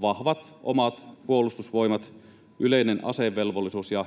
vahvat omat puolustusvoimat, yleinen asevelvollisuus ja